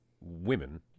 women